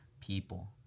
people